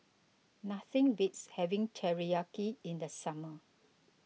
nothing beats having Teriyaki in the summer